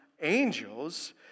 angels